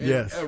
Yes